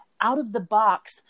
out-of-the-box